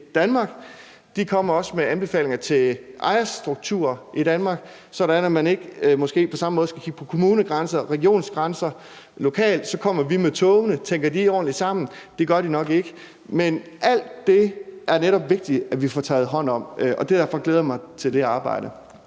De kommer også med anbefalinger til en ejerstruktur i Danmark, sådan at man måske ikke på samme måde skal kigge på kommunegrænser og regionsgrænser lokalt. Så kommer vi med togene – tænker de ordentligt sammen? Det gør de nok ikke. Men alt det er det netop vigtigt at vi får taget hånd om, og derfor glæder jeg mig til det her arbejde.